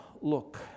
look